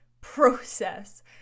process